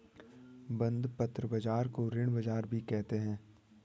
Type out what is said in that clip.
बंधपत्र बाज़ार को ऋण बाज़ार भी कहते हैं